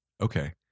Okay